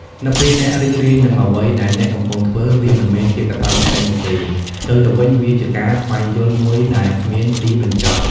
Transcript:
នៅពេលអ្នករីករាយនឹងអ្វីដែលអ្នកកំពុងធ្វើ វាមិនមែនជាកាតព្វកិច្ចនោះទេ ផ្ទុយទៅវិញ វាជាការស្វែងយល់មួយដែលគ្មានទីបញ្ចប់។